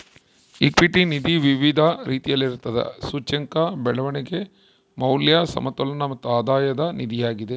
equity ನಿಧಿ ವಿವಿಧ ರೀತಿಯಲ್ಲಿರುತ್ತದೆ, ಸೂಚ್ಯಂಕ, ಬೆಳವಣಿಗೆ, ಮೌಲ್ಯ, ಸಮತೋಲನ ಮತ್ತು ಆಧಾಯದ ನಿಧಿಯಾಗಿದೆ